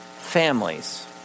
families